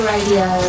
Radio